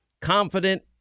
confident